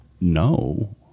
no